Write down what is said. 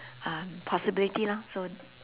um possibility lor so